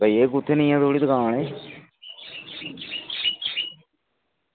भइया कुत्थें नेहें थुआढ़ी दुकान